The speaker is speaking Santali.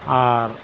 ᱟᱨ